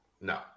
No